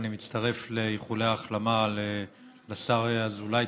אני מצטרף לאיחולי ההחלמה לשר אזולאי,